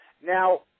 Now